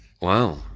Wow